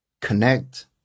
connect